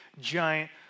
giant